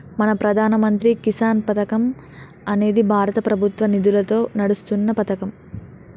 మన ప్రధాన మంత్రి కిసాన్ పథకం అనేది భారత ప్రభుత్వ నిధులతో నడుస్తున్న పతకం